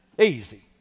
Easy